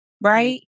right